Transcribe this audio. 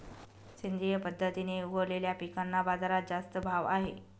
सेंद्रिय पद्धतीने उगवलेल्या पिकांना बाजारात जास्त भाव आहे